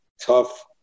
tough